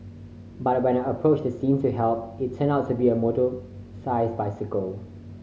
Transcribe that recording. but when I approached the scene to help it turned out to be a motorised bicycle